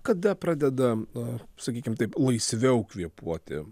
kada pradeda sakykime taip laisviau kvėpuoti